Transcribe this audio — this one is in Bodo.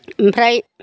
ओमफ्राय